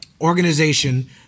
organization